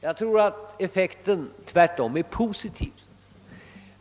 Jag tror att effekten tvärtom är positiv.